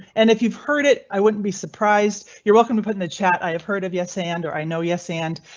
and if you've heard it, i wouldn't be surprised. you're welcome to put in the chat. i have heard of yes and or i know yes and